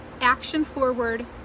action-forward